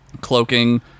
cloaking